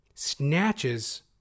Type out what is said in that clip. Snatches